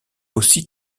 aussi